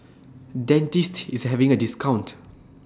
Dentiste IS having A discount